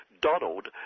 Donald